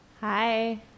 Hi